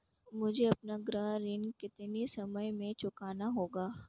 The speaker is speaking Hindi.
मुझे अपना गृह ऋण कितने समय में चुकाना होगा?